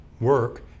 work